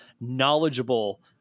knowledgeable